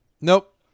nope